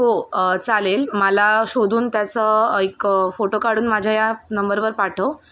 हो चालेल मला शोधून त्याचं एक फोटो काढून माझ्या या नंबरवर पाठव